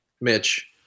mitch